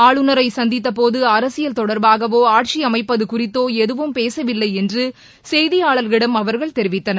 ஆளுநரை சந்தித்தபோது அரசியல் தொடர்பாகவோ ஆட்சியமைப்பது குறித்தோ எதுவும் பேசவில்லை என்று செய்தியாளர்களிடம் அவர்கள் தெரிவித்தனர்